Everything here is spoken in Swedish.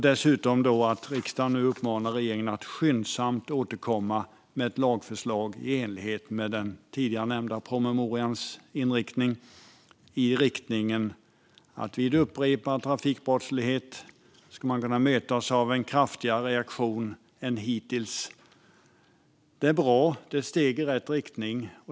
Dessutom uppmanar riksdagen regeringen att skyndsamt återkomma med ett lagförslag i enlighet med den tidigare nämnda promemorians inriktning som innebär att vid upprepad trafikbrottslighet ska man kunna mötas av en kraftigare reaktion än hittills. Det här är bra, och det är ett steg i rätt riktning.